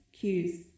cues